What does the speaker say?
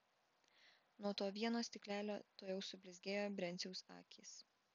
nuo to vieno stiklelio tuojau sublizgėjo brenciaus akys